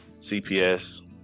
CPS